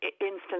instance